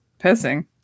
pissing